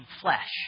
flesh